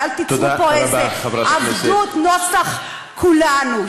ואל תיצרו פה איזו עבדות נוסח כולנו.